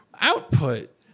output